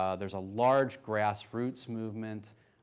ah there's a large grassroots movement,